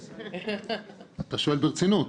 אתה שואל ברצינות?